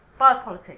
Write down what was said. biopolitics